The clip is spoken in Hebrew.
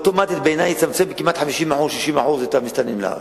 בעיני זה יצמצם אוטומטית ב-50% 60% את המסתננים לארץ.